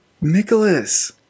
Nicholas